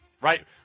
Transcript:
right